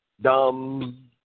dumb